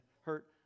hurt